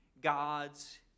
God's